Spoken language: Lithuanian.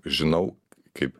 žinau kaip